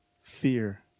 fear